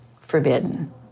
forbidden